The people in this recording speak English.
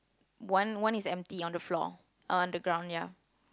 one one is empty on the floor uh on the ground ya